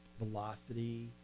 velocity